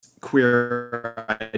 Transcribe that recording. queer